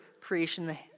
creation